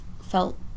felt